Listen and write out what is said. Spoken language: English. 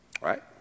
Right